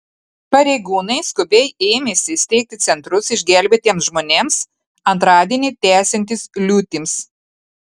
pareigūnai skubiai ėmėsi steigti centrus išgelbėtiems žmonėms antradienį tęsiantis liūtims